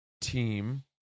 team